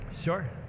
Sure